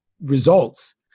results